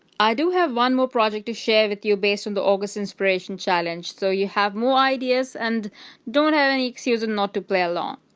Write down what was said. i do have one more project to share with you based on the august inspiration challenge so you have more ideas and don't have any excuse and not to play along.